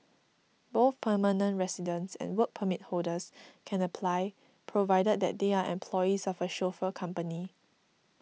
both permanent residents and Work Permit holders can apply provided that they are employees of a chauffeur company